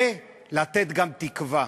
ולתת גם תקווה,